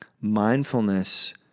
Mindfulness